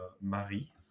Marie